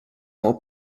more